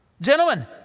Gentlemen